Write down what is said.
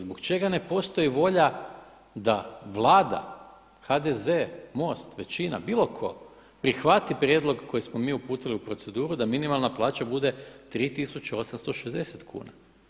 Zbog čega ne postoji volja da Vlada, HDZ, MOST, većina, bilo tko, prihvati prijedlog koji smo mi uputili u proceduru da minimalna plaća bude 3860 kuna?